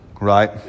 Right